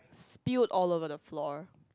stilt all over the floor